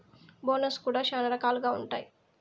bonus కూడా శ్యానా రకాలుగా ఉంటాయి